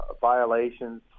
violations